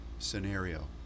scenario